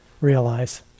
realize